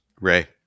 Ray